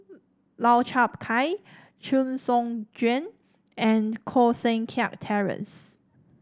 Lau Chiap Khai Chee Soon Juan and Koh Seng Kiat Terence